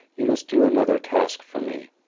you must do another task for me.